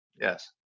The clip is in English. Yes